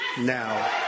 now